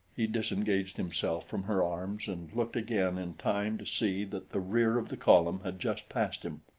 he disengaged himself from her arms and looked again in time to see that the rear of the column had just passed him.